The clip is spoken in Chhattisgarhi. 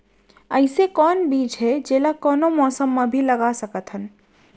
अइसे कौन बीज हे, जेला कोनो मौसम भी मा लगा सकत हन?